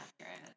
accurate